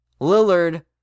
Lillard